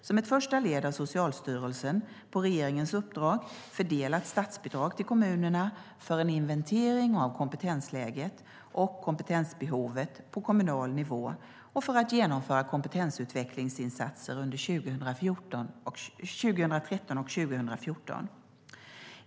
Som ett första led har Socialstyrelsen på regeringens uppdrag fördelat statsbidrag till kommunerna för en inventering av kompetensläget och kompetensbehovet på kommunal nivå och för att genomföra kompetensutvecklingsinsatser under 2013 och 2014.